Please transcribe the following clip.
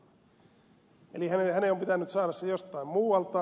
eli hänen on pitänyt saada se jostain muualta